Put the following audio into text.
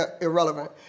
irrelevant